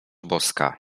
boska